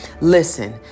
Listen